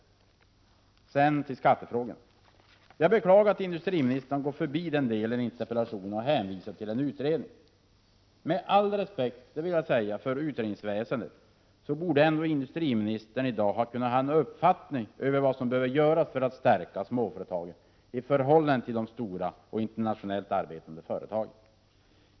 49 Sedan till skattefrågorna. Jag beklagar att industriministern går förbi den delen i interpellationen och hänvisar till en utredning. Med all respekt för utredningsväsendet borde ändå industriministern i dag kunnat ha en uppfattning om vad som behöver göras för att stärka småföretagen i förhållande till de stora och internationellt arbetande företagen.